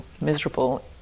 miserable